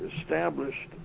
established